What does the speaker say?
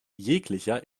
jeglicher